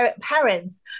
parents